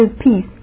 peace